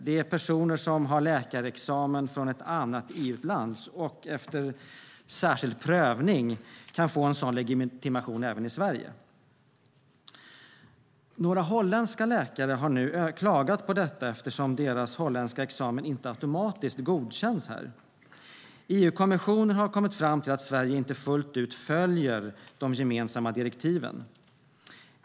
Det är personer som har läkarexamen från ett annat EU-land och efter särskild prövning kan få en sådan legitimation även i Sverige. Några holländska läkare har nu klagat på detta, eftersom deras holländska examen inte automatiskt godkänts här. EU-kommissionen har kommit fram till att Sverige inte fullt ut följer de gemensamma direktiven.